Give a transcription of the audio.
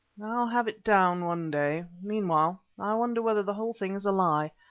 i'll have it down one day. meanwhile, i wonder whether the whole thing is a lie,